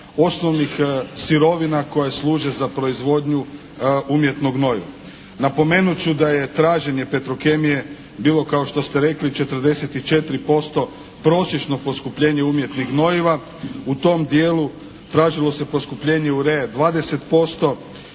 osnovnih sirovina koje služe za proizvodnju umjetnog gnojiva. Napomenut ću da je traženje Petrokemije bilo kao što ste rekli 44% prosječno poskupljenje umjetnih gnojiva. U tom dijelu tražilo se poskupljenje uree 20%,